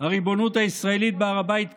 הריבונות הישראלית בהר הבית קיימת.